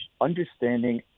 understanding